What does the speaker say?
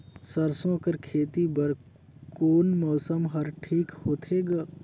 सरसो कर खेती बर कोन मौसम हर ठीक होथे ग?